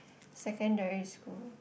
secondary school